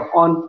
on